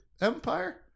empire